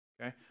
okay